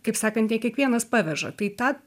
kaip sakant ne kiekvienas paveža tai tą